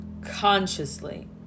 consciously